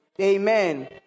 Amen